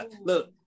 Look